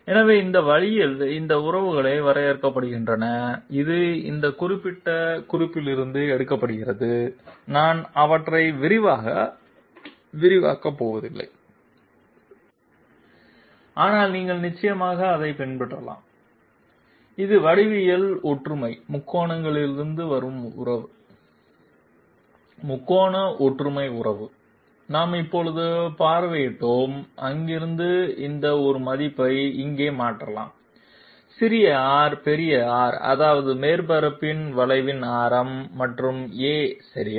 எனவே இந்த வழியில் இந்த உறவுகள் வரையப்படுகின்றன இது இந்த குறிப்பிட்ட குறிப்பிலிருந்து எடுக்கப்படுகிறது நான் அவற்றை விரிவாகப் போவதில்லை ஆனால் நீங்கள் நிச்சயமாக அதைப் பின்பற்றலாம் இது வடிவியல் ஒற்றுமை முக்கோணங்களிலிருந்து வரும் உறவு முக்கோண ஒற்றுமை உறவு நாம் இப்போது பார்வையிட்டோம் அங்கிருந்து இந்த ஒரு மதிப்பை இங்கே மாற்றலாம் சிறிய r பெரிய R அதாவது மேற்பரப்பின் வளைவின் ஆரம் மற்றும் a சரியா